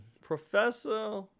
Professor